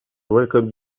welcome